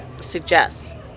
suggests